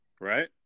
right